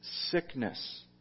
Sickness